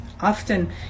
Often